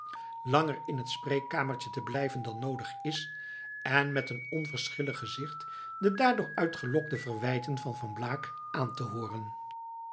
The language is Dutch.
langer in het spreekkamertje te blijven dan noodig is en met een onverschillig gezicht de daardoor uitgelokte verwijten van van blaak aan te hooren